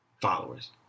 followers